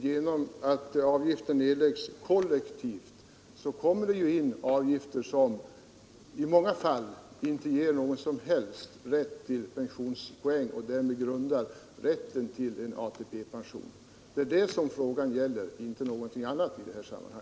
Genom att avgift erläggs kollektivt kommer det in avgifter som i många fall inte ger någon som helst rätt till pensionspoäng och därmed inte någon grundad rätt till ATP-pension.